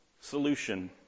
solution